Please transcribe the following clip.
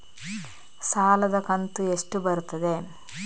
ಸಾಲದ ಕಂತು ಎಷ್ಟು ಬರುತ್ತದೆ?